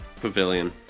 pavilion